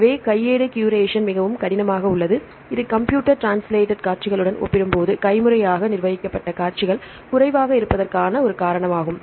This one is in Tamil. எனவே கையேடு க்யூரேஷன் மிகவும் கடினமாக உள்ளது இது கம்ப்யூட்டர் ட்ரான்ஸ்லட்ட் காட்சிகளுடன் ஒப்பிடும்போது கைமுறையாக நிர்வகிக்கப்பட்ட காட்சிகள் குறைவாக இருப்பதற்கான ஒரு காரணம் ஆகும்